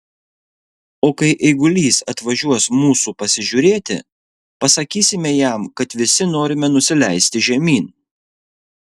o kai eigulys atvažiuos mūsų pasižiūrėti pasakysime jam kad visi norime nusileisti žemyn